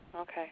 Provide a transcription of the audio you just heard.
Okay